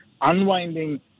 unwinding